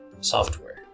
software